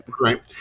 Right